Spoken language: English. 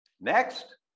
Next